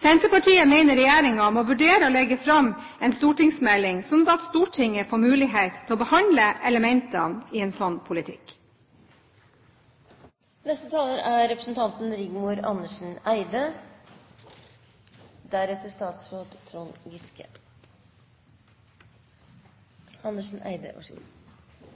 Senterpartiet mener regjeringen må vurdere å legge fram en stortingsmelding, slik at Stortinget får mulighet til å behandle elementene i en slik politikk.